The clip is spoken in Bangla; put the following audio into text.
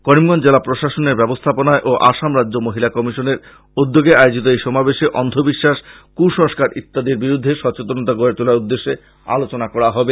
করিমগঞ্জ জেলা প্রশাসনের ব্যবস্থাপনায় ও আসাম রাজ্য মহিলা কমিশনের উদ্যোগে আয়োজিত এই সমাবেশে অন্ধ বিশ্বাস কুসংস্কার ইত্যাদির বিরুদ্ধে সচেতনতা গড়ে তোলার উদ্দেশ্যে আলোচনা করা হবে